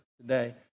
today